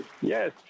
Yes